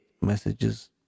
messages